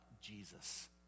Jesus